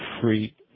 free